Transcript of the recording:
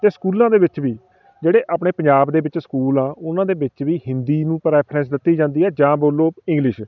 ਅਤੇ ਸਕੂਲਾਂ ਦੇ ਵਿੱਚ ਵੀ ਜਿਹੜੇ ਆਪਣੇ ਪੰਜਾਬ ਦੇ ਵਿੱਚ ਸਕੂਲ ਆ ਉਹਨਾਂ ਦੇ ਵਿੱਚ ਵੀ ਹਿੰਦੀ ਨੂੰ ਪਰੈਫਰੈਂਸ ਦਿੱਤੀ ਜਾਂਦੀ ਆ ਜਾਂ ਬੋਲੋ ਇੰਗਲਿਸ਼